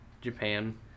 Japan